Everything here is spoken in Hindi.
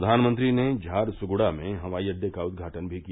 प्रधानमंत्री ने झारसुगुडा में हवाई अड्डे का उद्घाटन भी किया